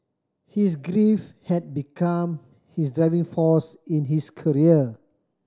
his grief had become his driving force in his career